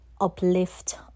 Uplift